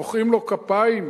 מוחאים לו כפיים?